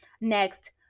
Next